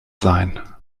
sein